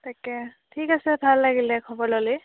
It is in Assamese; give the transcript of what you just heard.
তাকে ঠিক আছে ভাল লাগিল দে খবৰ ল'লি